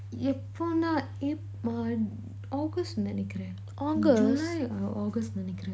எப்போன:epona uh august நினைக்கிறன்:nenaikiran july uh august நினைக்கிறன்:nenaikiran